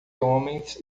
homens